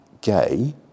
Gay